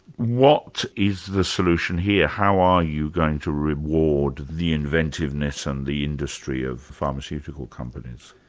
what is the solution here? how are you going to reward the inventiveness and the industry of pharmaceutical companies?